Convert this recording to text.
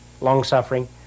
long-suffering